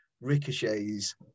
ricochets